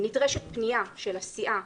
אלא נדרשת פנייה של הסיעה.